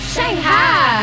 Shanghai